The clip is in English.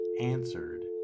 answered